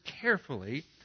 carefully